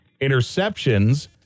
Interceptions